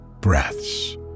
breaths